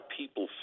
people